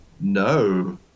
No